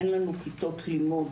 אין לנו כיתות לימוד,